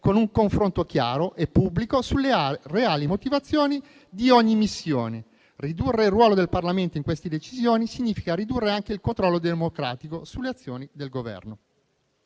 con un confronto chiaro e pubblico sulle reali motivazioni di ogni missione. Ridurre il ruolo del Parlamento in queste decisioni significa ridurre anche il controllo democratico sulle azioni del Governo.